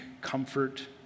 comfort